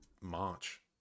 March